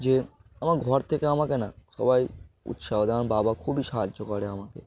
যে আমার ঘর থেকে আমাকে না সবাই উৎসাহ দেয় আমার বাবা খুবই সাহায্য করে আমাকে